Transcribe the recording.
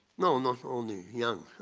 no not only young,